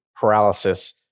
paralysis